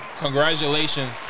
congratulations